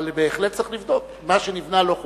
אבל בהחלט צריך לבדוק מה שנבנה לא חוקי.